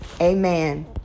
Amen